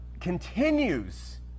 continues